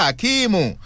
Akimu